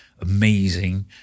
amazing